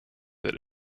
that